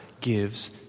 gives